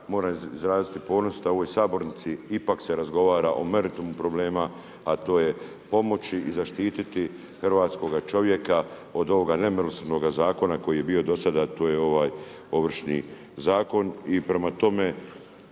moram izraziti ponos da u ovoj sabornici ipak se razgovara o meritumu problema a to je pomoći i zaštiti hrvatskoga čovjeka od ovoga nemilosrdnoga zakona koji je bio do sada a to je ovaj Ovršni zakon.